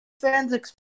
Fans